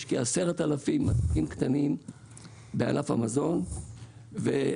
יש כ-10,000 עסקים קטנים בענף המזון ולשמחתנו,